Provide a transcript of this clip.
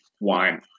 wine